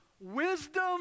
wisdom